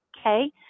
okay